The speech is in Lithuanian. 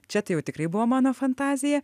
čia tai jau tikrai buvo mano fantazija